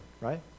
right